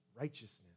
righteousness